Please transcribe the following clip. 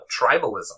tribalism